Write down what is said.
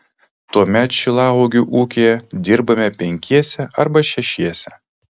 tuomet šilauogių ūkyje dirbame penkiese arba šešiese